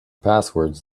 passwords